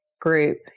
group